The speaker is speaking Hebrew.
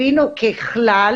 הבינו ככלל,